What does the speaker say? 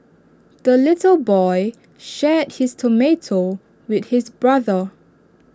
the little boy shared his tomato with his brother